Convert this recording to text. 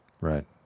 right